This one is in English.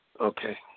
Okay